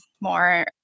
more